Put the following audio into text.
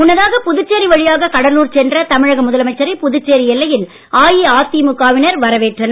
முன்னதாக புதுச்சேரி வழியாக கடலூர் சென்ற தமிழக முதலமைச்சரை புதுச்சேரி எல்லையில் அஇஅதிமுக வினர் வரவேற்றனர்